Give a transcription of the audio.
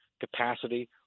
capacity